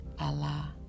Allah